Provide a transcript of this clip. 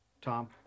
Tom